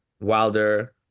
Wilder